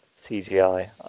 CGI